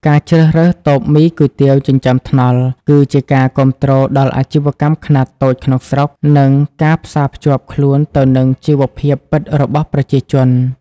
ការជ្រើសរើសតូបមីគុយទាវចិញ្ចើមថ្នល់ គឺជាការគាំទ្រដល់អាជីវកម្មខ្នាតតូចក្នុងស្រុក និងការផ្សារភ្ជាប់ខ្លួនទៅនឹងជីវភាពពិតរបស់ប្រជាជន។